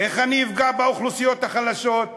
איך אני אפגע באוכלוסיות החלשות?